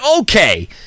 okay